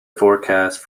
forecast